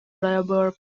labour